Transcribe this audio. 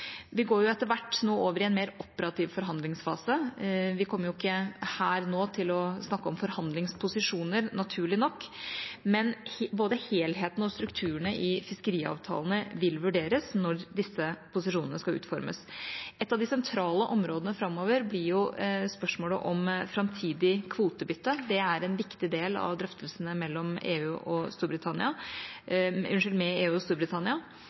Vi går nå etter hvert over i en mer operativ forhandlingsfase. Vi kommer ikke her og nå til å snakke om forhandlingsposisjoner, naturlig nok, men både helheten og strukturene i fiskeriavtalene vil vurderes når disse posisjonene skal utformes. Et av de sentrale områdene framover blir spørsmålet om framtidig kvotebytte. Det er en viktig del av drøftelsene med EU og Storbritannia. Vi har allerede i dag en avtale som er inngått for 2019, og